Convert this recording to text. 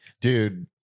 Dude